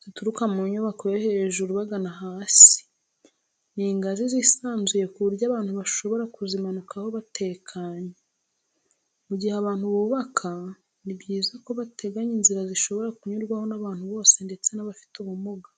zituruka mu nyubako yo hejuru bagana hasi, ni ingazi zisanzuye ku buryo abantu bashobora kuzimanukaho batekanye. Mu gihe abantu bubaka ni byiza ko bateganya inzira zishobora kunyurwaho n'abantu bose ndetse n'abafite ubumuga.